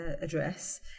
address